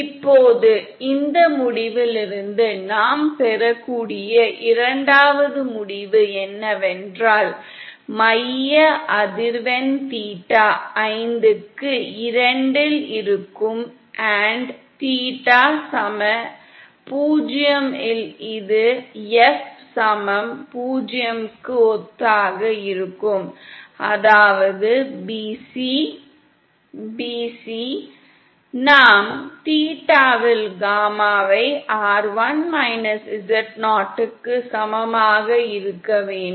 இப்போது இந்த முடிவிலிருந்து நாம் பெறக்கூடிய 2 வது முடிவு என்னவென்றால் மைய அதிர்வெண் தீட்டா 5 க்கு 2 இல் இருக்கும் தீட்டா 0க்கு சமமாக இருக்கும் போது இது f 0 க்கு ஒத்ததாக இருக்கும் அதாவது bcல் bc தீட்டாவில் இருக்கும் gamma rl z0 by rl z0 க்கு சமமாக இருக்க வேண்டும்